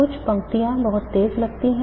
कुछ पंक्तियाँ बहुत तेज लगती हैं